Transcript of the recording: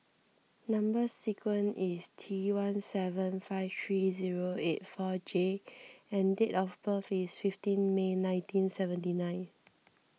Number Sequence is T one seven five three zero eight four J and date of birth is fifteen May nineteen seventy nine